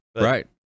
Right